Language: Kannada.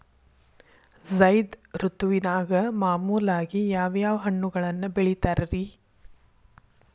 ಝೈದ್ ಋತುವಿನಾಗ ಮಾಮೂಲಾಗಿ ಯಾವ್ಯಾವ ಹಣ್ಣುಗಳನ್ನ ಬೆಳಿತಾರ ರೇ?